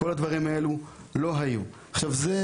כל הדברים האלה לא היו בעבר.